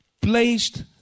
placed